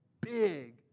big